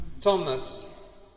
Thomas